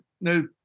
no